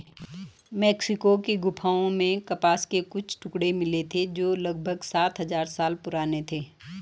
Mexico की गुफाओं में कपास के कुछ टुकड़े मिले थे जो लगभग सात हजार साल पुराने थे